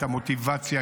את המוטיבציה,